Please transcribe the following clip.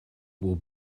will